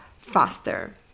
faster